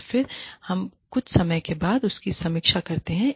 और फिर हम कुछ समय के बाद इसकी समीक्षा करते हैं